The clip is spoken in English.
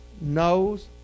knows